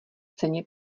ceně